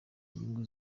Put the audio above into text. inyungu